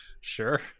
sure